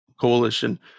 Coalition